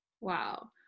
wow